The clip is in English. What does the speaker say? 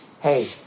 hey